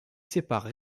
sépare